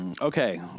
Okay